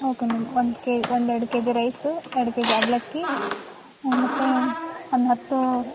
okay madam ಒಂದು K ಒಂದು ಎರಡು ಕೆ ಜಿ ರೈಸು ಎರ್ಡು ಕೆ ಜಿ ಅವಲಕ್ಕಿ ಮತ್ತೆ ಒನ್ ಹತ್ತು